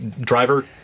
driver